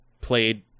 played